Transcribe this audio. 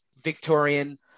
Victorian